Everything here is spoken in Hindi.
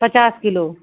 पचास किलो